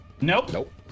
Nope